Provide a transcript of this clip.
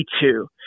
two